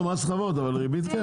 לא, מס חברות היא צודקת זה לא נכנס.